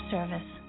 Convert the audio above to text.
Service